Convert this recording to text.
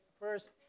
first